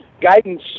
guidance